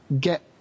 get